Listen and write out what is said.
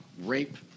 rape